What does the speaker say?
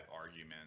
argument